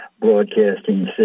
broadcasting